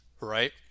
right